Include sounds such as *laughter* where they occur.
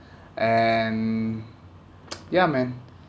and *noise* ya man